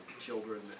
children